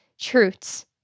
truths